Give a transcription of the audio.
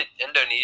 indonesia